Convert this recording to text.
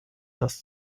des